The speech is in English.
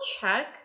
check